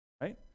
right